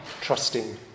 trusting